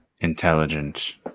intelligent